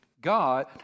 God